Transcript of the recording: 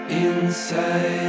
inside